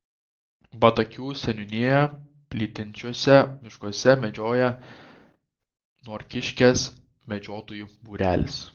batakių seniūnijoje plytinčiuose miškuose medžioja norkiškės medžiotojų būrelis